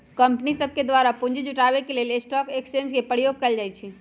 कंपनीय सभके द्वारा पूंजी जुटाबे के लेल स्टॉक एक्सचेंज के प्रयोग कएल जाइ छइ